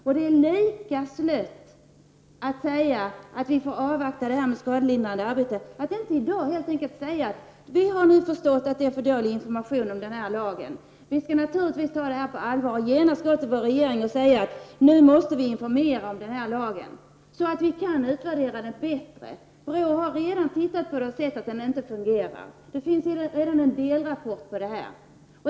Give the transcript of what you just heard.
Dessutom är det slött att bara säga att vi får avvakta när det gäller det skadelindrande arbetet. Ni borde i dag helt enkelt säga följande: Vi har nu insett att informationen om lagen är för dålig. Naturligtvis skall vi ta detta på allvar och gå till regeringen och säga att det är nödvändigt att informera om lagen för att på det sättet åstadkomma bättre möjligheter att utvärdera den. BRÅ har redan sett över lagen. Man vet att den inte fungerar bra. Det finns för övrigt redan en delrapport i det sammanhanget.